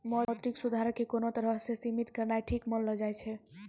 मौद्रिक सुधारो के कोनो तरहो से सीमित करनाय ठीक नै मानलो जाय छै